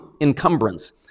encumbrance